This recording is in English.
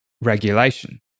regulation